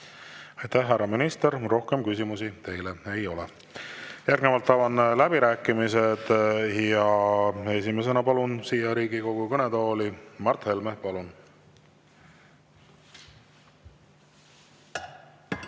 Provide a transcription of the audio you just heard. Aitäh, härra minister! Rohkem küsimusi teile ei ole. Järgnevalt avan läbirääkimised ja esimesena palun siia Riigikogu kõnetooli Mart Helme. Palun!